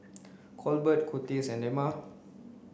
Colbert Kurtis and Dema